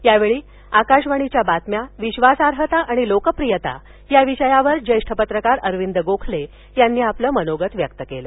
यावेळी आकाशवाणीच्या बातम्या विश्वासार्हता आणि लोकप्रियता या विषयावर ज्येष्ठ पत्रकार अरविंद गोखले यांनी आपलं मनोगत व्यक्त केलं